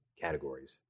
categories